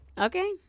Okay